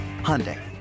Hyundai